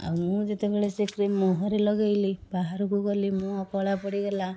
ଆଉ ମୁଁ ଯେତେବେଳେ ସେ କ୍ରିମ୍ ମୁଁହରେ ଲଗାଇଲି ବାହାରକୁ ଗଲି ମୁଁହ କଳା ପଡ଼ିଗଲା